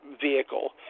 Vehicle